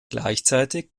gleichzeitig